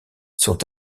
sont